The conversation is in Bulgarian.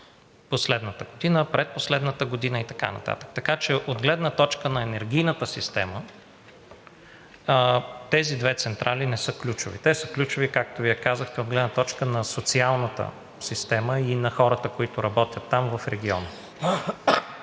последната година, предпоследната година и така нататък, така че от гледна точка на енергийната система тези две централи не са ключови. Те са ключови, както Вие казахте, от гледна точка на социалната система и на хората, които работят там в региона.